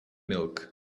milk